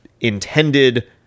intended